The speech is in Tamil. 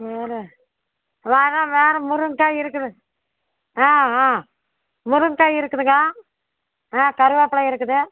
வேறு வேறு வேறு முருங்கை காய் இருக்குது ஆ ஆ முருங்கை காய் இருக்குதுங்க ஆ கருவேப்பில இருக்குது